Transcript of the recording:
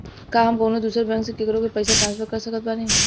का हम कउनों दूसर बैंक से केकरों के पइसा ट्रांसफर कर सकत बानी?